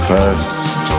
First